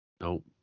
Nope